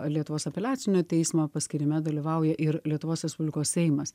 lietuvos apeliacinio teismo paskyrime dalyvauja ir lietuvos respublikos seimas